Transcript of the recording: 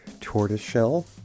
tortoiseshell